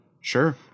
Sure